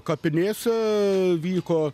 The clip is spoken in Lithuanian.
kapinėse vyko